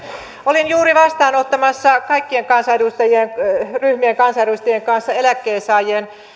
olin juuri vastaanottamassa kaikkien ryhmien kansanedustajien kanssa eläkkeensaa jien